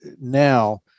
now